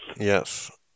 Yes